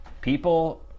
people